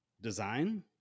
design